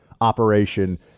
operation